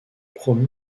promu